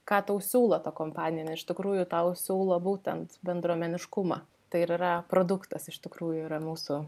ką tau siūlo ta kompanija jinai iš tikrųjų tau siūlo būtent bendruomeniškumą tai ir yra produktas iš tikrųjų yra mūsų